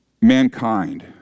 mankind